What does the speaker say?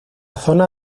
zona